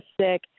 sick